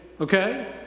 Okay